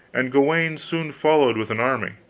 and gawaine soon followed with an army,